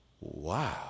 Wow